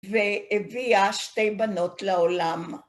והביאה שתי בנות לעולם.